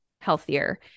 healthier